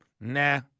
Nah